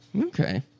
Okay